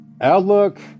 outlook